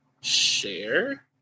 share